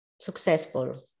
successful